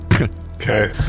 Okay